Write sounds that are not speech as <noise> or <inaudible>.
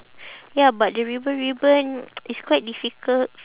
ya but the ribbon ribbon <noise> is quite difficult